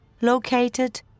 located